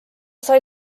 sai